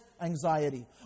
Anxiety